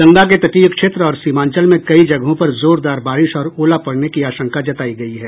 गंगा के तटीय क्षेत्र और सीमांचल में कई जगहों पर जोरदार बारिश और ओला पड़ने की आशंका जताई गयी है